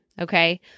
Okay